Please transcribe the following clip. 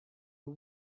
the